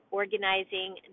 organizing